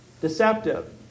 Deceptive